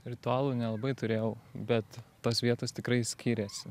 ritualų nelabai turėjau bet tos vietos tikrai skyrėsi